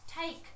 take